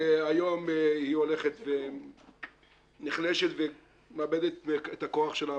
שהיום היא הולכת ונחלשת ומאבדת את הכוח שלה